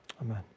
amen